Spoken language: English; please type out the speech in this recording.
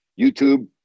YouTube